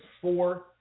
four